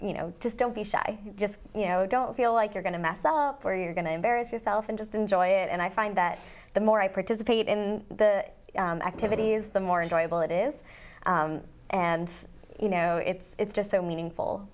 you know just don't be shy just you know don't feel like you're going to mass or you're going to embarrass yourself and just enjoy it and i find that the more i participate in the activity is the more enjoyable it is and you know it's just so meaningful